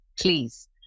please